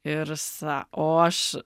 ir sa o aš